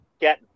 get